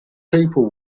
people